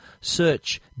Search